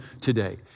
today